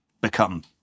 become